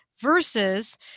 versus